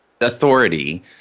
authority